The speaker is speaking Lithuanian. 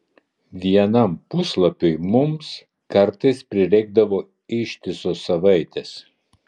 vienam puslapiui mums kartais prireikdavo ištisos savaitės